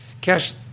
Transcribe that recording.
Cash